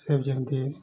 ସେବ ଯେମ୍ନ୍ତି